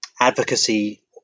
advocacy